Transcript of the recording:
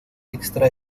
extra